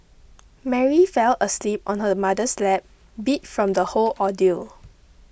Mary fell asleep on her mother's lap beat from the whole ordeal